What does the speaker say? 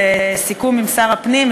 בסיכום עם שר הפנים,